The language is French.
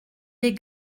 des